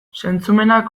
zentzumenak